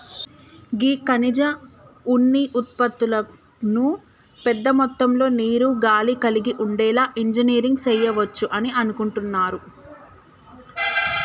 గీ ఖనిజ ఉన్ని ఉత్పతులను పెద్ద మొత్తంలో నీరు, గాలి కలిగి ఉండేలా ఇంజనీరింగ్ సెయవచ్చు అని అనుకుంటున్నారు